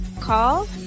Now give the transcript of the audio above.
call